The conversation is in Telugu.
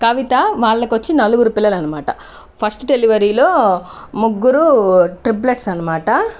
కవిత వాళ్ళకు వచ్చి నలుగురు పిల్లలు అనమాట ఫస్ట్ డెలివరీలో ముగ్గురు ట్రిపులెట్స్ అనమాట